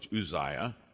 Uzziah